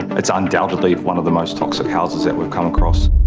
it's undoubtedly one of the most toxic houses that we've come across.